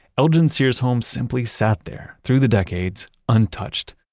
elgin's sears homes simply sat there through the decades, untouched.